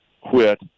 Quit